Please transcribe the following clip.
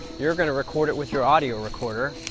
your going to record it with your audio recorder.